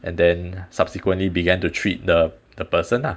and then subsequently began to treat the the person lah